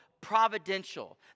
providential